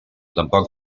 tampoc